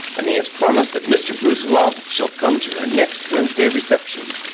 and he has promised that mr. brusiloff shall come to her next wednesday reception.